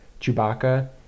Chewbacca